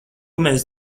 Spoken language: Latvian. mēs